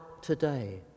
today